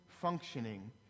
functioning